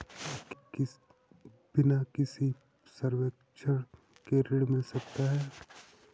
क्या मुझे बैंक से बिना किसी संपार्श्विक के ऋण मिल सकता है?